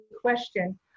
question